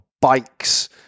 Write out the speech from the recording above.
bikes